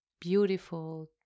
beautiful